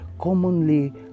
commonly